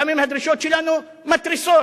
גם אם הדרישות שלנו מתריסות.